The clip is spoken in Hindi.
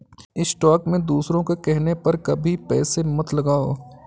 स्टॉक में दूसरों के कहने पर कभी पैसे मत लगाओ